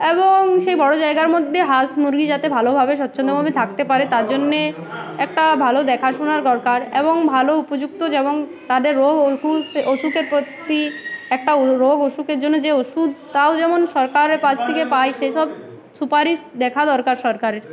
এবং সেই বড়ো জায়গার মধ্যে হাঁস মুরগি যাতে ভালোভাবে স্বাচ্ছন্দভাবে থাকতে পারে তার জন্যে একটা ভালো দেখাশোনার দরকার এবং ভালো উপযুক্ত যেমন তাদের রোগ ওু অসুখের প্রতি একটা রোগ অসুখের জন্য যে ওষুধ তাও যেমন সরকারের পাছ থেকে পায় সেসব সুপারিশ দেখা দরকার সরকারের